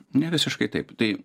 ne visiškai taip tai